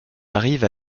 arrive